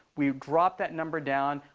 we dropped that number down.